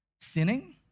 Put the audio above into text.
sinning